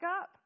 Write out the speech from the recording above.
up